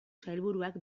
sailburuak